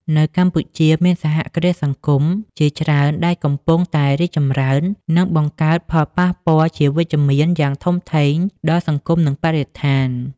នៅកម្ពុជា មានសហគ្រាសសង្គមជាច្រើនដែលកំពុងតែរីកចម្រើន និងបង្កើតផលប៉ះពាល់ជាវិជ្ជមានយ៉ាងធំធេងដល់សង្គម និងបរិស្ថាន ។